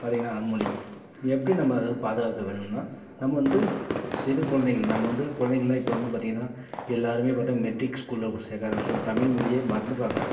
பார்த்தீங்கன்னா அம்மொழி எப்படி நம்ம பாதுகாக்க வேணும்னால் நம்ம வந்து சிறு குலந்தைகள் நம்ம வந்து குலந்தைங்கள்லாம் இப்போ வந்து பார்த்தீங்கன்னா எல்லாருமே பார்த்தா மெட்ரிக் ஸ்கூல்ல சேர்க்க ஆரமிச்சிட்டோம் தமில்மொழியே மறந்துடுவாங்க